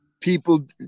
People